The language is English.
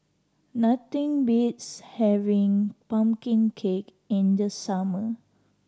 nothing beats having pumpkin cake in the summer